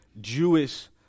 Jewish